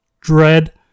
DREAD